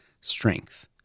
strength